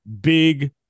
big